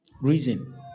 Reason